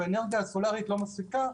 והאנרגיה הסולארית לא מספיקה,